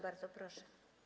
Bardzo proszę.